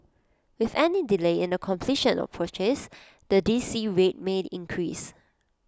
with any delay in the completion of the purchase the D C rate may increase